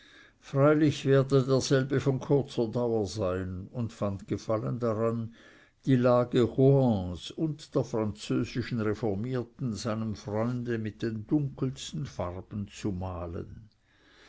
freilich werde derselbe von kurzer dauer sein und fand gefallen daran die lage rohans und der französischen reformierten seinem freunde mit den dunkelsten farben zu malen